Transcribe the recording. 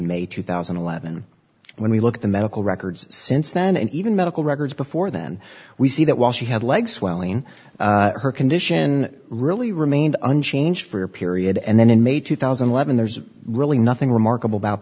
may two thousand and eleven when we look at the medical records since then and even medical records before then we see that while she had leg swelling her condition really remained unchanged for a period and then in may two thousand and eleven there's really nothing remarkable about